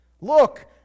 Look